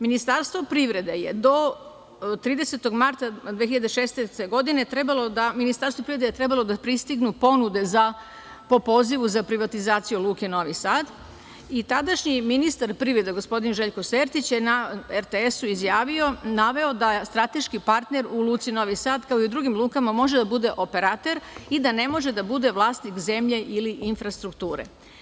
Ministarstvu privrede su do 30. marta 2016. godine trebale da pristignu ponude po pozivu za privatizaciju Luke Novi Sad i tadašnji ministar privrede gospodin Željko Sertić je na RTS izjavio da strateški partner u Luci Novi Sad, kao i u drugim lukama može da bude operater i da ne može da bude vlasnik zemlje ili infrastrukture.